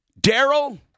Daryl